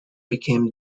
became